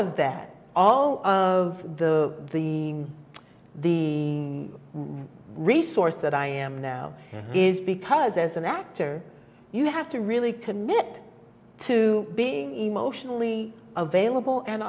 of that all of the the the resource that i am now is because as an actor you have to really commit to being emotionally available and